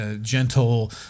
Gentle